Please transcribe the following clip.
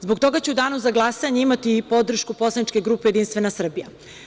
Zbog toga ću u danu za glasanje imati podršku poslaničke grupe Jedinstvena Srbija.